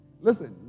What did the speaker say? Listen